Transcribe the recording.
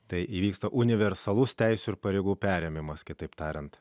tai įvyksta universalus teisių ir pareigų perėmimas kitaip tariant